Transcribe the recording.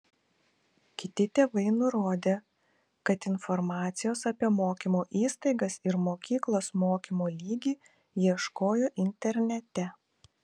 kiti tėvai nurodė kad informacijos apie mokymo įstaigas ir mokyklos mokymo lygį ieškojo internete